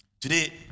Today